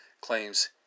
claims